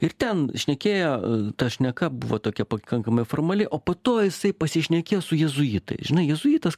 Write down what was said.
ir ten šnekėjo ta šneka buvo tokia pakankamai formali o po to jisai pasišnekėjo su jėzuitais žinai jėzuitas